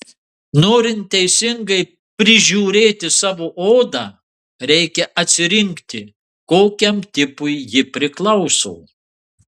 norint teisingai prižiūrėti savo odą reikia atsirinkti kokiam tipui ji priklauso